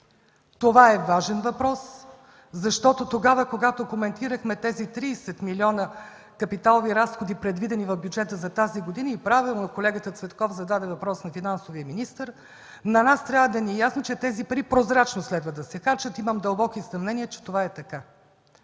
Това е важен въпрос, защото тогава, когато коментирахме тези 30 милиона капиталови разходи, предвидени в бюджета за тази година и правилно колегата Цветков зададе въпрос на финансовия министър – на нас трябва да ни е ясно, че тези пари прозрачно следва да се харчат. Имам дълбоки съмнения, че това е така,